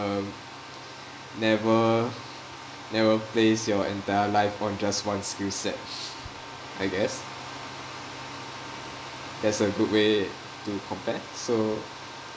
um never never place your entire life on just one skill set I guess that's a good way to compare so